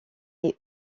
est